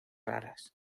raras